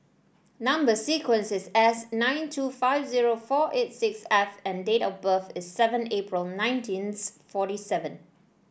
number sequence is S nine two five zero four eight six F and date of birth is seven April nineteenth forty seven